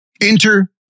Enter